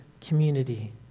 community